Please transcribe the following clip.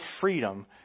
freedom